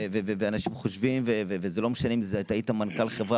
וזה לא משנה אם היית מנכ"ל של חברה